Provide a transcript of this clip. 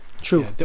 true